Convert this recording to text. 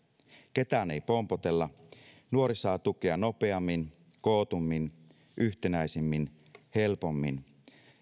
ketään ei pompotella nuori saa tukea nopeammin kootummin yhtenäisemmin ja helpommin